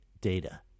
data